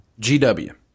GW